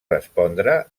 respondre